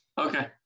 Okay